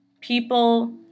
People